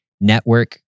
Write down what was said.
network